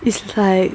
is like